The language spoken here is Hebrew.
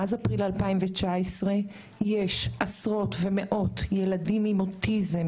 מאז אפריל 2019 יש עשרות ומאות ילדים עם אוטיזם